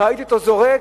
ראיתי אותו זורק,